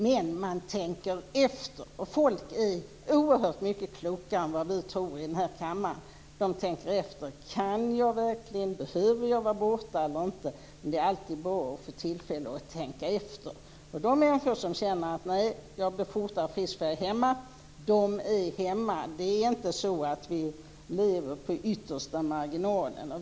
Men man tänker efter, och folk är oerhört mycket klokare än vad vi tror i den här kammaren. De tänker efter om de verkligen kan och behöver vara borta. Det är alltid bra att få tillfälle att tänka efter. De människor som känner att de blir fortare friska om de är hemma är hemma. Vi lever inte på yttersta marginalen.